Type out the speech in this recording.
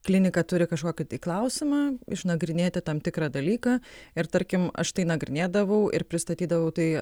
klinika turi kažkokį tai klausimą išnagrinėti tam tikrą dalyką ir tarkim aš tai nagrinėdavau ir pristatydavau tai